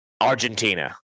Argentina